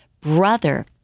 brother